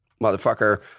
Motherfucker